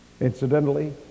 Incidentally